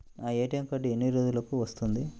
నా ATM card ఎన్ని రోజులకు వస్తుంది?